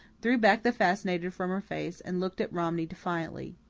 threw back the fascinator from her face, and looked at romney defiantly.